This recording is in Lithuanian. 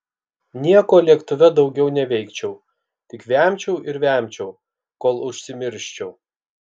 nieko lėktuve daugiau neveikčiau tik vemčiau ir vemčiau kol užsimirščiau